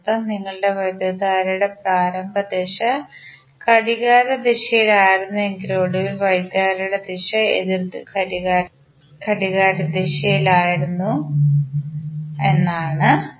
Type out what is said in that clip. അതിനർത്ഥം ഞങ്ങളുടെ വൈദ്യുതധാരയുടെ പ്രാരംഭ ദിശ ഘടികാരദിശയിലായിരുന്നുവെങ്കിലും ഒടുവിൽ വൈദ്യുതധാരയുടെ ദിശ എതിർ ഘടികാരദിശയിലാണെന്നാണ്